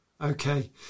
Okay